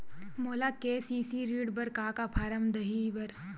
मोला के.सी.सी ऋण बर का का फारम दही बर?